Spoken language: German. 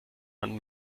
man